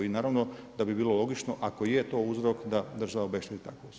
I naravno da bi bilo logično ako je to uzrok da država obešteti takvu osobu.